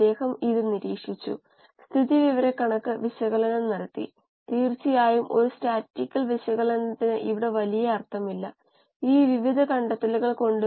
അതിനാൽ ഷിയർ സ്ട്രെസ്സിനെ കുറിച്ച് നാം അറിയേണ്ടതുണ്ട്